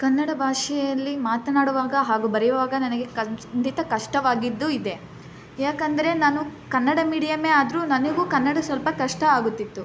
ಕನ್ನಡ ಭಾಷೆಯಲ್ಲಿ ಮಾತನಾಡುವಾಗ ಹಾಗೂ ಬರೆಯುವಾಗ ನನಗೆ ಖಂಡಿತ ಕಷ್ಟವಾಗಿದ್ದು ಇದೆ ಯಾಕೆಂದರೆ ನಾನು ಕನ್ನಡ ಮೀಡಿಯಮ್ಮೇ ಆದರೂ ನನಗೂ ಕನ್ನಡ ಸ್ವಲ್ಪ ಕಷ್ಟ ಆಗುತ್ತಿತ್ತು